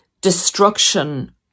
destruction